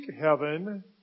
heaven